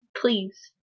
Please